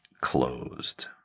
closed